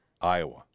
Iowa